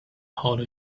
hole